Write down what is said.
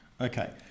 Okay